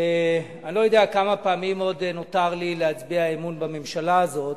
אני לא יודע כמה פעמים עוד נותר לי להצביע אמון בממשלה הזאת.